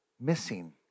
missing